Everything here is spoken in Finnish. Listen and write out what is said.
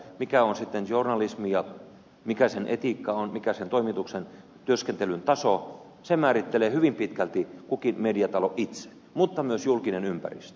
mikä on sitten journalismia mikä sen etiikka on mikä sen toimituksen työskentelyn taso sen määrittelee hyvin pitkälti kukin mediatalo itse mutta myös julkinen ympäristö